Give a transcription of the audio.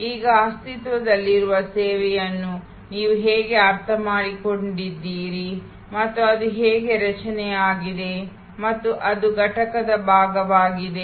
ಈಗ ಅಸ್ತಿತ್ವದಲ್ಲಿರುವ ಸೇವೆಯನ್ನು ನೀವು ಹೇಗೆ ಅರ್ಥಮಾಡಿಕೊಂಡಿದ್ದೀರಿ ಮತ್ತು ಅದು ಹೇಗೆ ರಚನೆಯಾಗಿದೆ ಮತ್ತು ಅದು ಘಟಕದ ಭಾಗವಾಗಿದೆ